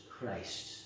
Christ